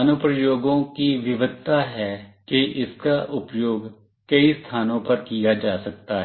अनुप्रयोगों की विविधता है कि इसका उपयोग कई स्थानों पर किया जा सकता है